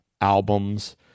albums